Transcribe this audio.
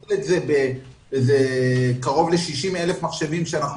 תכפיל את זה בקרוב ל-60,000 מחשבים שאנחנו